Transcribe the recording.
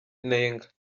nenga